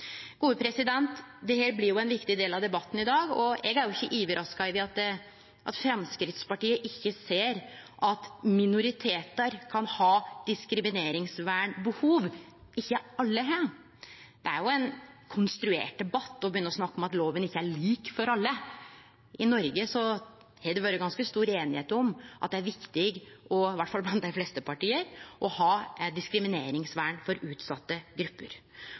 blir ein viktig del av debatten i dag. Eg er ikkje overraska over at Framstegspartiet ikkje ser at minoritetar kan ha diskrimineringsvernsbehov ikkje alle har. Det er ein konstruert debatt å begynne å snakke om at loven ikkje er lik for alle. I Noreg har det vore ganske stor einigheit – iallfall blant dei fleste parti – om at det er viktig å ha diskrimineringsvern for utsette grupper. Maria Aasen-Svensrud frå mitt parti kjem til å utdjupe ytterlegare for